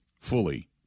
fully